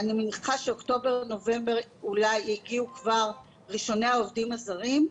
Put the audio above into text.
אני מניחה שבאוקטובר נובמבר אולי יגיעו כבר ראשוני העובדים הזרים,